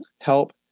help